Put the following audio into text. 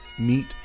Meet